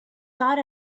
thought